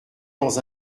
dans